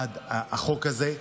בעד החוק הזה.